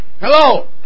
hello